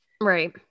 right